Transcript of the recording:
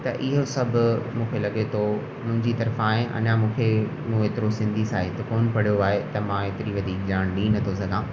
त इहो सभु मुखे लॻे थो मुंहिंजी तर्फ़ा आहे अञा मूंखे मूं हेतिरो सिंधी साहित्य कोन पढ़ियो आहे त मां हेतिरी वधीक ॼाण ॾेई नथो सघां